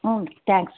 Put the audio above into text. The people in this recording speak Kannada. ಹ್ಞೂ ರೀ ಟ್ಯಾಂಕ್ಸ್